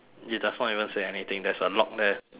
it does not even say anything there's a lock there